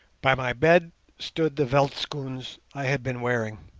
by my bed stood the veldtschoons i had been wearing.